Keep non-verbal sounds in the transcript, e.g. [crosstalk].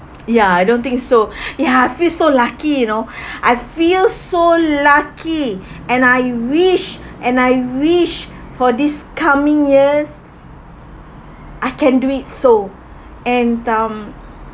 ya I don't think so [breath] ya I feel so lucky you know [breath] I feel so lucky and I wish and I wish for this coming years I can do it so and um